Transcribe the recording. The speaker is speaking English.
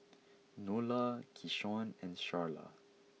Nola Keyshawn and Sharla